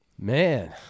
Man